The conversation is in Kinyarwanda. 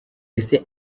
ese